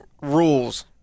rules